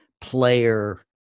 player